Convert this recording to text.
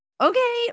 okay